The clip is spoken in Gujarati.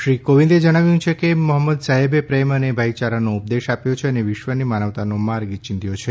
શ્રી કોવિંદે જણાવ્યું છે કે મોહમ્મદ સાહેબે પ્રેમ અને ભાઇચારાનો ઉપદેશ આપ્યો છે અને વિશ્વને માનવતાનો માર્ગ ચિંધ્યો છે